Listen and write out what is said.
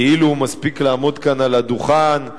כאילו מספיק לעמוד כאן על הדוכן,